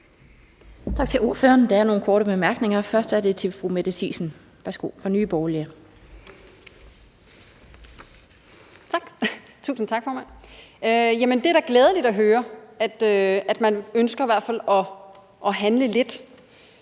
det er da glædeligt at høre, at man i hvert fald ønsker at handle lidt.